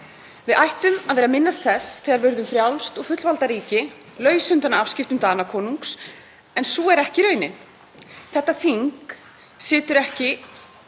Við ættum að vera að minnast þess þegar við urðum frjálst og fullvalda ríki, laus undan afskiptum Danakonungs. En sú er ekki raunin. Þetta þing situr ekki